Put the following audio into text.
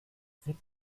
sind